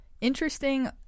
Interesting